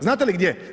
Znate li gdje?